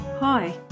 Hi